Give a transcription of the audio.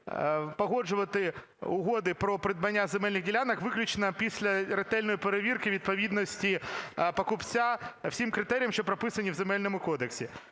погоджувати угоди про придбання земельних ділянок виключно після ретельної перевірки відповідності покупця всім критеріям, що прописані в Земельному кодексі.